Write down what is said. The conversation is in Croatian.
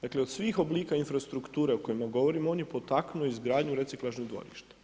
Dakle, od svih oblika infrastrukture o kojima govorima on je potaknuo izgradnju reciklažnih dvorišta.